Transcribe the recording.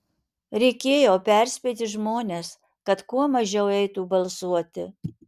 reikėjo perspėti žmones kad kuo mažiau eitų balsuoti